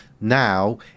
Now